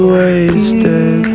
wasted